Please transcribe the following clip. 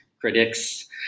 critics